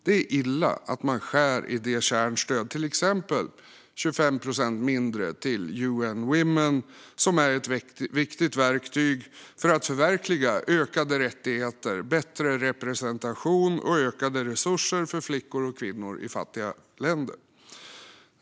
Det är illa att man skär i det kärnstöd som är ett viktigt verktyg för att förverkliga ökade rättigheter, bättre representation och ökade resurser för flickor och kvinnor i fattiga länder; till exempel får UN Women 25 procent mindre.